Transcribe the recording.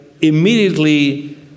immediately